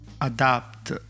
adapt